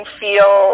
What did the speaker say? feel